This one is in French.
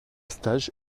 stage